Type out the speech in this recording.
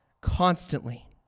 Constantly